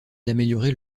d’améliorer